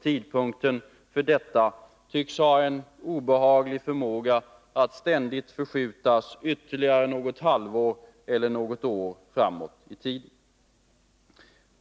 Tidpunkten härför tycks ha en obehaglig förmåga att ständigt förskjutas ytterligare något halvår eller något år framåt i tiden.